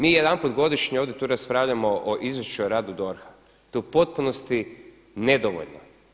Mi jedanput godišnje ovdje tu raspravljamo o izvješću o radu DORH, to je u potpunosti nedovoljno.